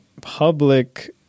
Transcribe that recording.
public